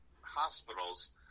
hospitals